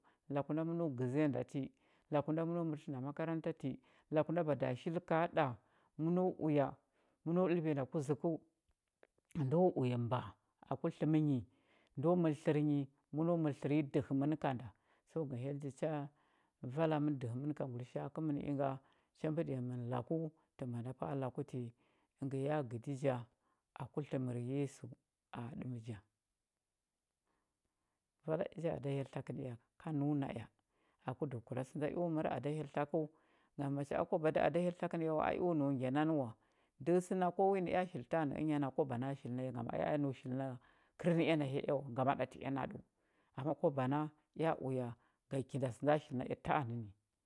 Laku nda məno gəziya nda ti laku nda məno mərtə nda makranata ti laku nda bada shilka ɗa məno uya məno ɗəlbiya nda kuzəkəu ndo uya mbəa aku tləm nyi ndo mər tlər nyi məno mər tlər nyi dəhə mə ka nda so ga hyell cha vala mən dəhə mən ka ngulisha a kəmən inga cha mbəɗiya mən laku tə mbwa nda pa a laku ti əngə ya gədi ja aku tləmər yesu ɗəmja vala ea ja ada hyell tlakə ea ku dəhəkura sə nda eo mər ada hyell tlakəu ngam macha a kwaba da ada hyell tlakən ea wa a eo au ngya nani wa dəhə sə na ko wi nə ea shili taanə ənya na kwaba na shili na ea ngam a ea nau shili a kərnəea na hya ea wa ngama ɗatə ea naɗəu ama kwaba nə ea uya ga kinda ə nda shili na ea taana.